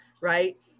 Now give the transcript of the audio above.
right